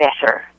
better